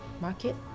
market